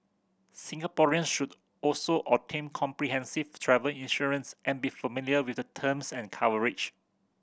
Singaporean should also obtain comprehensive travel insurance and be familiar with the terms and coverage